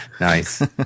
nice